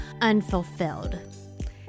unfulfilled